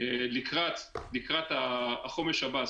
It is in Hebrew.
לקראת החומש הבא.